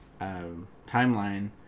timeline